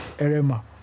Erema